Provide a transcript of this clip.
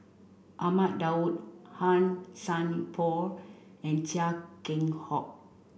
Ahmad Daud Han Sai Por and Chia Keng Hock